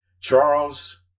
Charles